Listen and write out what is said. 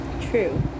True